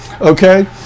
Okay